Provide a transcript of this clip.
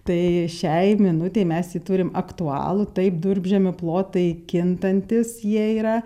tai šiai minutei mes jį turim aktualų taip durpžemio plotai kintantys jie yra